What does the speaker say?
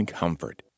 comfort